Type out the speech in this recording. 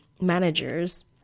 managers